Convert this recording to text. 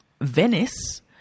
Venice